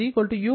e